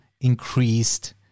increased